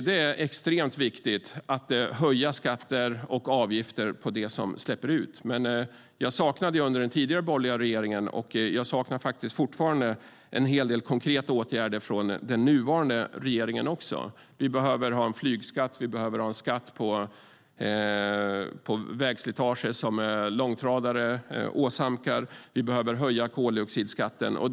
Det är extremt viktigt att höja skatter och avgifter på det som släpper ut. Jag saknade det under den tidigare borgerliga regeringen, och jag saknar faktiskt en hel del konkreta åtgärder även från den nuvarande regeringen. Vi behöver ha en flygskatt, vi behöver ha en skatt på vägslitaget som långtradare åsamkar och vi behöver höja koldioxidskatten.